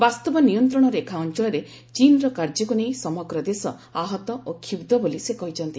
ବାସ୍ତବ ନିୟନ୍ତ୍ରଣ ରେଖା ଅଞ୍ଚଳରେ ଚୀନ୍ର କାର୍ଯ୍ୟକୁ ନେଇ ସମଗ୍ର ଦେଶ ଆହତ ଓ କ୍ଷୁକ୍ସ ବୋଲି ସେ କହିଛନ୍ତି